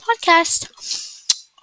podcast